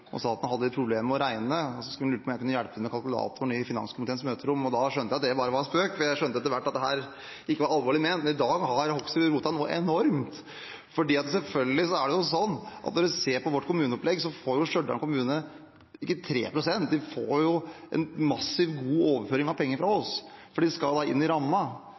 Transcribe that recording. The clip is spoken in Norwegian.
og sa at han hadde problemer med å regne, så han lurte på om jeg kunne hjelpe ham med kalkulatoren i finanskomiteens møterom. Da skjønte jeg at det bare var en spøk, for jeg skjønte etterhvert at dette ikke var alvorlig ment, men i dag har Hoksrud rotet noe enormt, for selvfølgelig er det sånn at når man ser på vårt kommuneopplegg, får ikke Stjørdal kommune 3 pst. De får en massiv, god overføring av penger fra oss, for de skal inn i ramma.